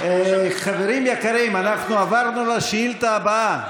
חברים יקרים, אנחנו עברנו לשאילתה הבאה.